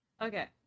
Okay